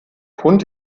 hund